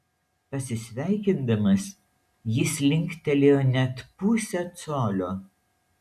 pasisveikindamas jis linktelėjo net pusę colio